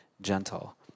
gentle